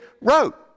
wrote